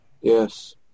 Yes